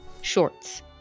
shorts